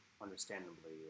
understandably